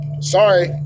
sorry